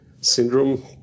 Syndrome